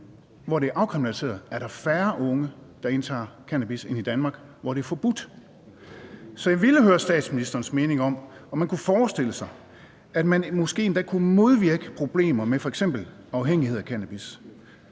hvor det er afkriminaliseret, at der er færre unge, der indtager cannabis, end der er i Danmark, hvor det er forbudt. Så jeg vil høre statsministerens mening om, om man kunne forestille sig, at man måske endda kunne modvirke problemer med f.eks. afhængighed af cannabis,